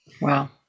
Wow